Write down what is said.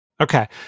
Okay